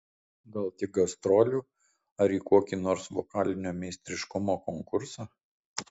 gal tik gastrolių ar į kokį nors vokalinio meistriškumo konkursą